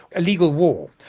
a legal war,